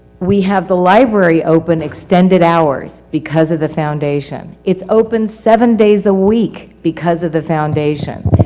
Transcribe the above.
we have the library open extended hours because of the foundation. it's open seven days a week because of the foundation.